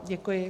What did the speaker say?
Děkuji.